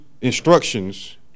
instructions